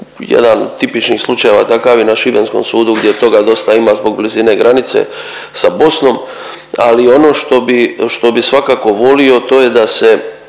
jedan tipičan slučaj takav je na šibenskom sudu gdje toga dosta ima zbog blizine granice sa Bosnom, ali ono što bi, što bi svakako volio to je da se